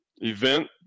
event